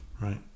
right